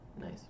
Nice